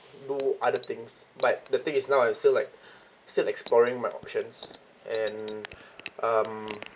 do other things but the thing is now I'm still like still exploring my options and um